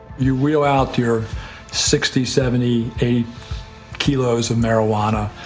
you wheel out your sixty, seventy, eighty kilos of marijuana,